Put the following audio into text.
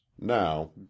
now